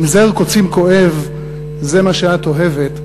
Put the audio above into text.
"אם זר קוצים כואב / זה מה שאת אוהבת,